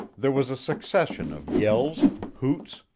there was a succession of yells, hoots,